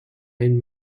één